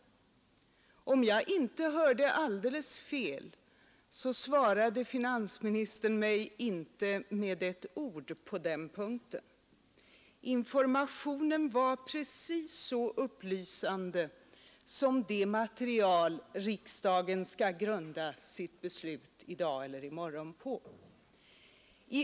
Om jag inte hörde alldeles fel svarade finansministern mig inte med ett ord på den punkten. Informationen var alltså precis så upplysande som det material riksdagen skall grunda sitt beslut på i dag eller i morgon, dvs. ingenting.